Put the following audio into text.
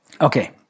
Okay